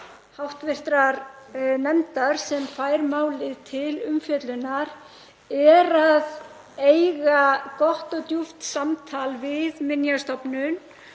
til hv. nefndar, sem fær málið til umfjöllunar, er að eiga gott og djúpt samtal við Minjastofnun